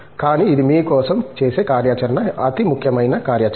కానీ ఇది మీ కోసం చేసే కార్యాచరణ అతి ముఖ్యమైన కార్యాచరణ